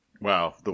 Wow